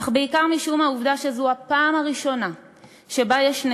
אך בעיקר משום שזו הפעם הראשונה שיש בכנסת